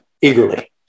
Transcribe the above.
eagerly